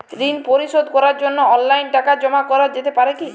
ঋন পরিশোধ করার জন্য অনলাইন টাকা জমা করা যেতে পারে কি?